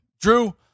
Drew